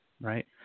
right